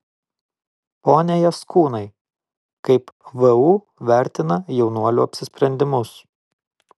pone jaskūnai kaip vu vertina jaunuolių apsisprendimus